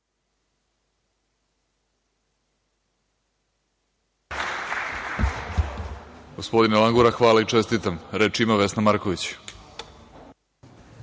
hvala i čestitam. Reč ima Vesna Marković.